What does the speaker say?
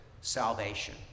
salvation